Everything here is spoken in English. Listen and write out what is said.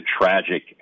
tragic